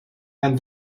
and